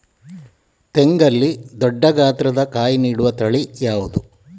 ತೆಂಗಲ್ಲಿ ದೊಡ್ಡ ಗಾತ್ರದ ಕಾಯಿ ನೀಡುವ ತಳಿ ಯಾವುದು?